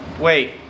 Wait